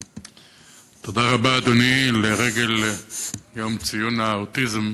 תודה רבה, אדוני, לרגל יום ציון האוטיזם,